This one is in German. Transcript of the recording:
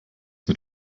mit